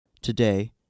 Today